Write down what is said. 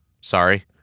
Sorry